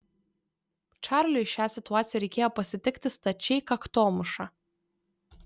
čarliui šią situaciją reikėjo pasitikti stačiai kaktomuša